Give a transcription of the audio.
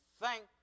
thank